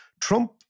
Trump